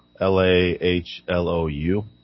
L-A-H-L-O-U